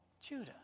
Judah